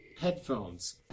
Headphones